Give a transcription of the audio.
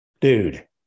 Dude